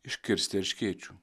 iškirsti erškėčių